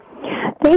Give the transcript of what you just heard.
Thank